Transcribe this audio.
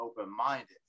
open-minded